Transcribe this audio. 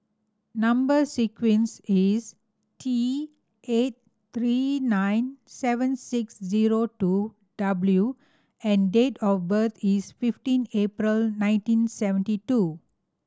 number sequence is T eight three nine seven six zero two W and date of birth is fifteen April nineteen seventy two